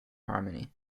harmony